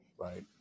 right